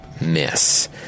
Miss